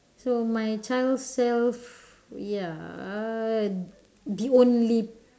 so my child self ya the only